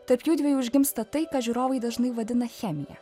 tarp jųdviejų užgimsta tai ką žiūrovai dažnai vadina chemija